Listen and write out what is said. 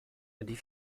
die